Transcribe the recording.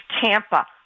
Tampa